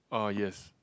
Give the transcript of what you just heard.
uh yes